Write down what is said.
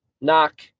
Knock